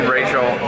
Rachel